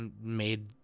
made